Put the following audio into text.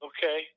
Okay